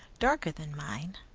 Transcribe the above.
darker than mine.